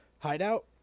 Hideout